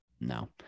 No